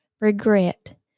regret